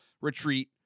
retreat